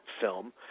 film